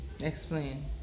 Explain